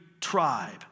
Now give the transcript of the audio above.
tribe